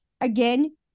Again